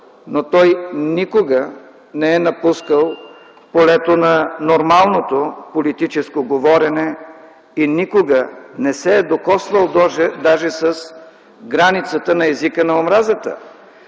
Но той никога не е напускал полето на нормалното политическо говорене и никога не се е докосвал даже с границата на езика на омразата.